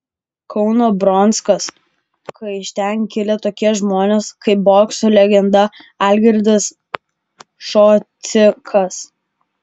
kauno bronksas iš ten kilę tokie žmonės kaip bokso legenda algirdas šocikas